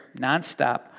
nonstop